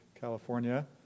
California